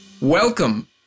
Welcome